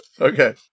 Okay